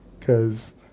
Cause